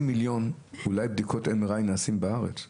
מיליון אולי בדיקות MRI נעשות בארץ בשנה.